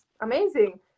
amazing